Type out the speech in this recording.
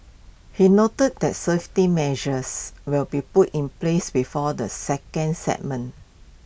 he noted that safety measures will be put in place before the second segment